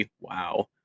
Wow